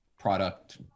product